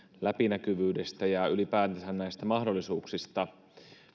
läpinäkyvyydestä ja ylipäätänsä mahdollisuuksista